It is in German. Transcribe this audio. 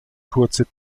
kurze